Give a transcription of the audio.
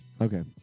Okay